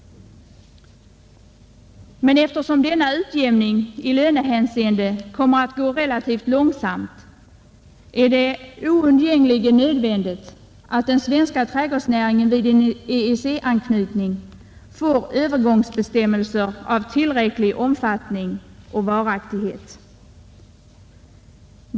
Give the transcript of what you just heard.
Men eftersom denna utjämning i lönehänseende kommer att gå relativt långsamt, är det oundgängligen nödvändigt att den svenska trädgårdsnäringen vid en EEC-anknytning får övergångsbestämmelser av tillräcklig omfattning och varaktighet.